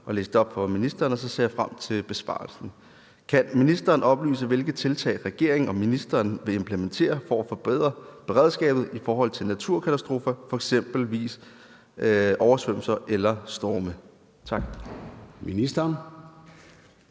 op for ministeren, og så ser jeg frem til besvarelsen. Kan ministeren oplyse, hvilke tiltag regeringen og ministeren vil implementere for at forbedre beredskabet i forhold til naturkatastrofer som f.eks. oversvømmelser eller storme? Tak. Kl.